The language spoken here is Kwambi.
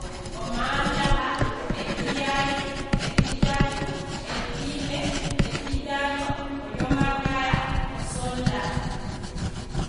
Omandaha, etiyali, etitatu, etine, etitano, olyomakaya, osoondaha